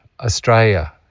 Australia